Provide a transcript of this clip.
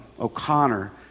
O'Connor